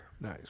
Nice